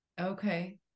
Okay